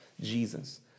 Jesus